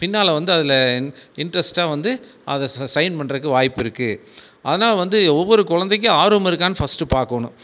பின்னால் வந்து அதில் இன்ட்ரெஸ்ட்டாக வந்து அதை ச சைன் பண்ணுறதுக்கு வாய்ப்பு இருக்கு அதனால் வந்து ஒவ்வொரு குழந்தைக்கும் ஆர்வம் இருக்கான்ணு ஃபர்ஸ்ட்டு பார்க்கோணும்